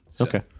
Okay